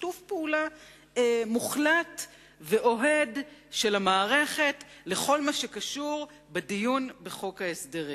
שיתוף פעולה מוחלט ואוהד של המערכת בכל מה שקשור בדיון בחוק ההסדרים.